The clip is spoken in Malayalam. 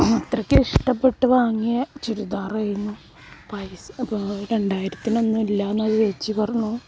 അത്രയ്ക്ക് ഇഷ്ടപ്പെട്ട് വാങ്ങിയ ചുരിദാറായിരുന്നു പൈസ പോയി രണ്ടായിരത്തിനൊന്നും ഇല്ല എന്ന് ആ ചേച്ചി പറഞ്ഞു